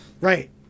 right